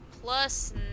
plus